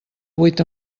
vuit